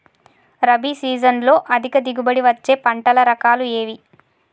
రబీ సీజన్లో అధిక దిగుబడి వచ్చే పంటల రకాలు ఏవి?